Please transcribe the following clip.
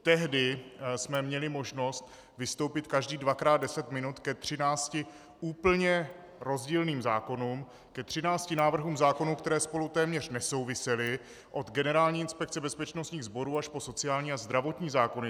Tehdy jsme měli možnost vystoupit každý dvakrát deset minut ke 13 úplně rozdílným zákonům, ke 13 návrhům zákonů, které spolu téměř nesouvisely, od Generální inspekce bezpečnostních sborů až po sociální a zdravotní zákony.